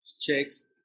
checks